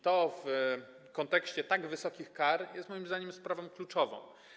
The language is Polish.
To w kontekście tak wysokich kar jest moim zdaniem sprawą kluczową.